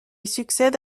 succède